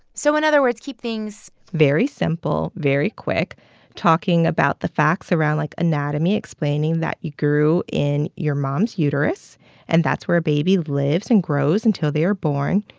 so in other words, keep things. very simple, very quick talking about the facts around, like, anatomy, explaining that you grew in your mom's uterus and that's where a baby lives and grows until they are born.